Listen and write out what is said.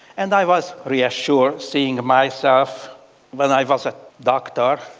and i was reassured seeing myself when i was a doctor.